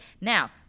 Now